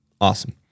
Awesome